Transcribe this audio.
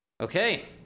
okay